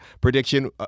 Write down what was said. prediction